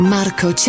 Marco